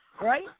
right